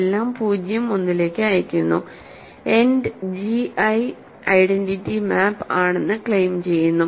എല്ലാം 0 1 ലേക്ക് അയയ്ക്കുന്നുഎൻഡ് ജി ഐഡന്റിറ്റി മാപ്പ് ആണെന്ന് ക്ലെയിം ചെയ്യുന്നു